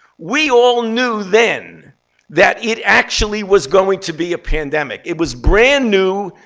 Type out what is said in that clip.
we all knew then that it actually was going to be a pandemic. it was brand new,